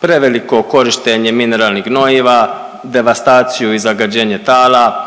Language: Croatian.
preveliko korištenje mineralnih gnojiva, devastaciju i zagađenje tala,